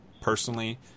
personally